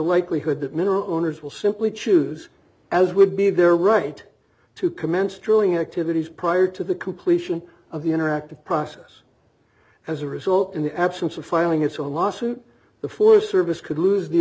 likelihood that mineral owners will simply choose as would be their right to commence drilling activities prior to the completion of the interactive process as a result in the absence of filing its own lawsuit the forest service could lose the